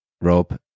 Rob